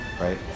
right